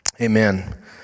Amen